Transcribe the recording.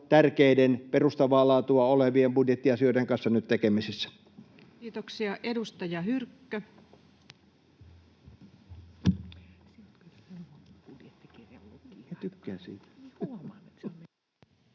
tärkeiden, perustavaa laatua olevien budjettiasioiden kanssa nyt tekemisissä. [Speech 262] Speaker: